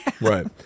right